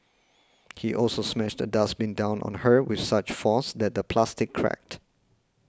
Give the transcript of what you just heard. he also smashed a dustbin down on her with such force that the plastic cracked